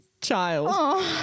child